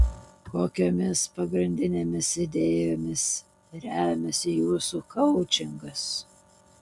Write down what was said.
kokiomis pagrindinėmis idėjomis remiasi jūsų koučingas